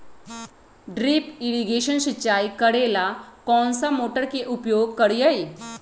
Drip irrigation सिंचाई करेला कौन सा मोटर के उपयोग करियई?